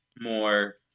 more